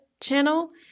channel